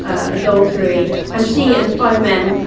ah adultery, and she and five men,